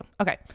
Okay